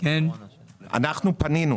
אנחנו פנינו